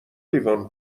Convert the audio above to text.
لیوان